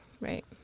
Right